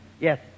Yes